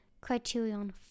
Criterion